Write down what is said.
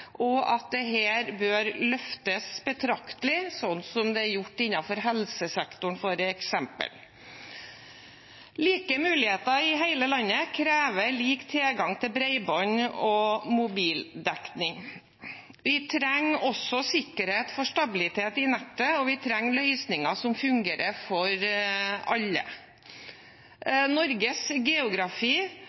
og at dette bør løftes betraktelig, slik som det er gjort innenfor helsesektoren f.eks. Like muligheter i hele landet krever lik tilgang til bredbånd og mobildekning. Vi trenger også sikkerhet for stabilitet i nettet, og vi trenger løsninger som fungerer for alle. Norges geografi